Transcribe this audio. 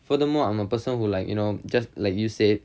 furthermore I'm a person who like you know just like you said